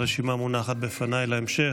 הרשימה מונחת בפניי להמשך,